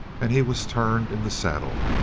and he was turned in the saddle.